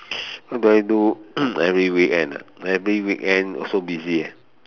what do I do every weekend ah every weekend also busy ah